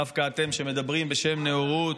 דווקא אתם, שמדברים בשם הנאורות,